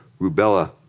rubella